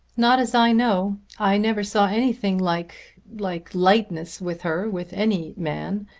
not as i know. i never saw anything like like lightness with her, with any man.